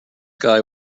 guy